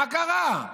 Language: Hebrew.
מה קרה?